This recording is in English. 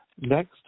Next